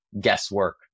guesswork